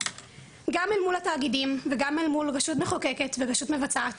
גם אל מול התאגידים וגם אל מול רשות מחוקקת ורשות מבצעת,